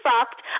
fucked